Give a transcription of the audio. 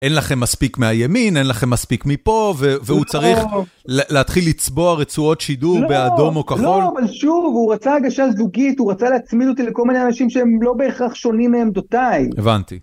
אין לכם מספיק מהימין, אין לכם מספיק מפה, והוא צריך להתחיל לצבוע רצועות שידור באדום או כחול. לא, אבל שוב, הוא רצה הגשת זוגית, הוא רצה להצמיד אותי לכל מיני אנשים שהם לא בהכרח שונים מעמדותי. הבנתי.